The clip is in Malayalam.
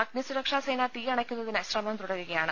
അഗ്നിസുരക്ഷാ സേന തീയണക്കുന്നതിന് ശ്രമം തുടരുകയാണ്